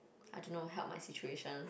I don't know help my situation